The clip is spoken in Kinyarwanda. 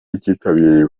kitabiriwe